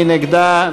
מי נגדה?